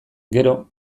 gero